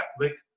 Catholic